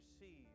receive